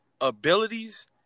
abilities